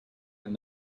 and